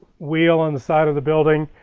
wheel on the side of the building.